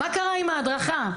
מה קרה עם ההדרכה?